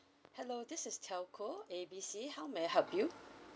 hello this is telco A B C how may I help you